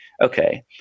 okay